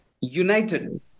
united